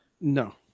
No